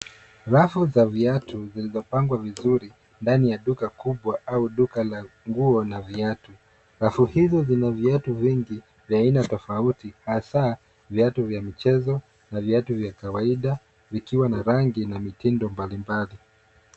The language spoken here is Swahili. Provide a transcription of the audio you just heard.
Rafu za viatu zilizopangwa vizuri ndani ya duka kubwa au duka la nguo na viatu. Rafu hizo zina viatu vingi vya aina tofauti hasa viatu vya michezo na viatu vya kawaida vikiwa na rangi na mitindo mbalimbali.